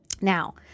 Now